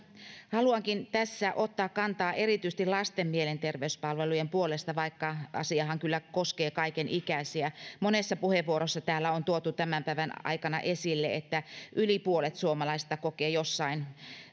haluankin tässä ottaa kantaa erityisesti lasten mielenterveyspalvelujen puolesta vaikka asiahan kyllä koskee kaiken ikäisiä monessa puheenvuorossa täällä on tuotu tämän tämän päivän aikana esille että yli puolet suomalaisista kokee jossain